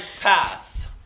pass